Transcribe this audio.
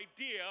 idea